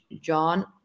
John